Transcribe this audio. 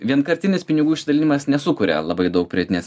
vienkartinis pinigų išdalinimas nesukuria labai daug pridėtinės